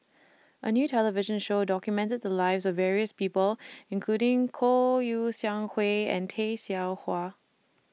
A New television Show documented The Lives of various People including Kouo Shang Wei and Tay Seow Huah